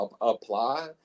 apply